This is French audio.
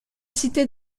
citée